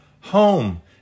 Home